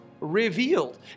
revealed